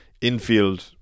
infield